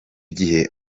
gihe